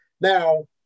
Now